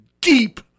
Deep